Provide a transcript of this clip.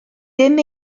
ddim